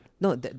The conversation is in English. No